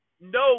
no